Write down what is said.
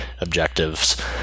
objectives